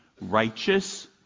righteous